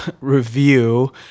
review